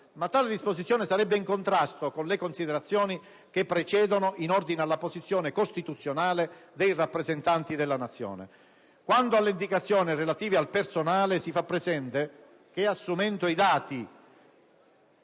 ma tale disposizione sarebbe in contrasto con le considerazioni che precedono in ordine alla posizione costituzionale dei rappresentanti della Nazione. Quanto alle indicazioni relative al personale, si fa presente che, assumendo i dati